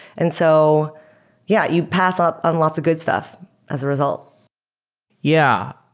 and so yeah, you pass up on lots of good stuff as a result yeah.